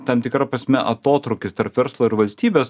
tam tikra prasme atotrūkis tarp verslo ir valstybės